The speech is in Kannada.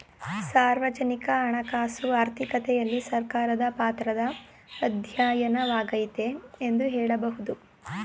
ಸಾರ್ವಜನಿಕ ಹಣಕಾಸು ಆರ್ಥಿಕತೆಯಲ್ಲಿ ಸರ್ಕಾರದ ಪಾತ್ರದ ಅಧ್ಯಯನವಾಗೈತೆ ಎಂದು ಹೇಳಬಹುದು